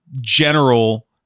general